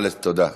תודה.